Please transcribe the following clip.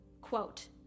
quote